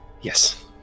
Yes